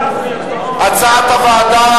הצעת הוועדה